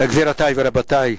גבירותי ורבותי,